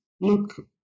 look